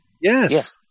Yes